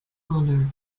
honor